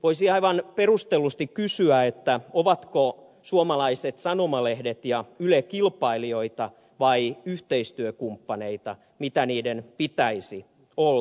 voisi aivan perustellusti kysyä ovatko suomalaiset sanomalehdet ja yle kilpailijoita vai yhteistyökumppaneita mitä niiden pitäisi olla